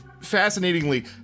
Fascinatingly